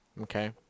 Okay